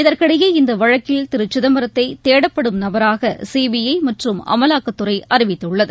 இதற்கிடையே இந்த வழக்கில் திரு சிதம்பரத்தை தேடப்படும் நபராக சிபிஐ மற்றும் அமலாக்கத்துறை அறிவித்கள்ளது